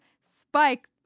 Spike